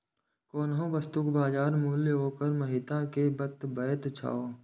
कोनो वस्तुक बाजार मूल्य ओकर महत्ता कें बतबैत छै